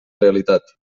realitat